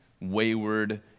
wayward